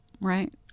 right